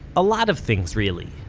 a lot of things really,